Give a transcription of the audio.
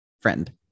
Friend